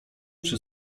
przy